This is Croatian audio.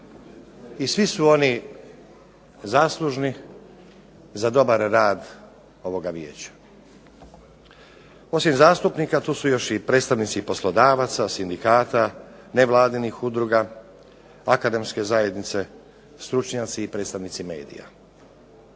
I svi su oni zaslužni za dobar rad ovoga Vijeća. Osim zastupnika tu su još predstavnici poslodavaca, sindikata, nevladinih udruga, akademske zajednice, stručnjaci i predstavnici medija.